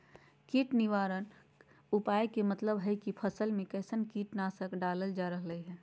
कीट निवारक उपाय के मतलव हई की फसल में कैसन कीट नाशक डालल जा रहल हई